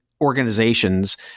organizations